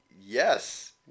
Yes